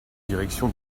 direction